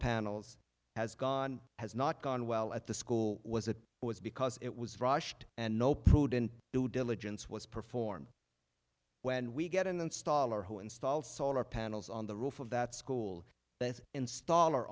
panels has gone has not gone well at the school was it was because it was rushed and no prudent due diligence was performed when we get an installer who installed solar panels on the roof of that school that installer